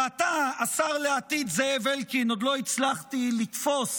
ואתה, השר לעתיד זאב אלקין, עוד לא הצלחתי לתפוס